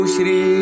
Shri